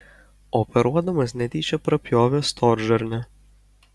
operuodamas netyčia prapjovė storžarnę